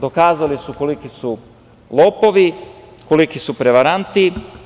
Dokazali koliki su lopovi, koliki su prevaranti.